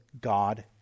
God